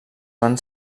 van